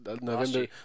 November